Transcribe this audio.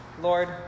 Lord